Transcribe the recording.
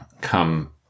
come